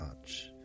touch